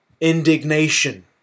indignation